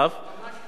ממש לא.